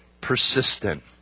persistent